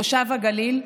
תושב הגליל,